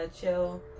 chill